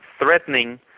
threatening